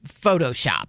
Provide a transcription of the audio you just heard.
Photoshop